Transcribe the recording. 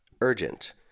urgent